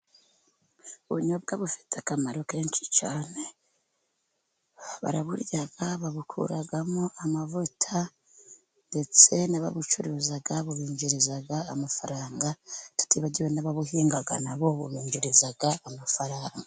Ubunyobwa bufite akamaro kenshi cyane, baraburya babukuramo amavuta ndetse n'ababucuruza bubinjiriza amafaranga, tutibagiwe n'ababuhinga na bo bubinjiriza amafaranga.